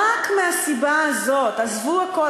רק מהסיבה הזאת, עזבו הכול.